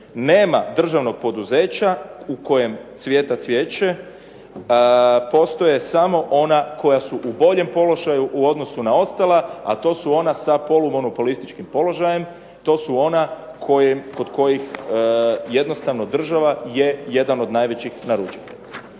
Nema državnog poduzeća u kojem cvjeta cvijeće. Postoje samo ona koja su u boljem položaju u odnosu na ostala, a to su ona sa polumonopolističkim položajem, to su ona kod kojih je jednostavno država je jedan od najvećih naručitelja.